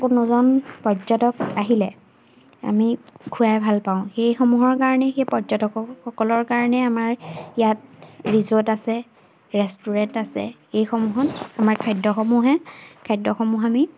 কোনোজন পৰ্যটক আহিলে আমি খোৱাই ভালপাওঁ সেইসমূহৰ কাৰণে সেই পৰ্যটকসকলৰ কাৰণে আমাৰ ইয়াত ৰিজৰ্ট আছে ৰেষ্টুৰেণ্ট আছে সেইসমূহত আমাৰ খাদ্যসমূহে খাদ্যসমূহ আমি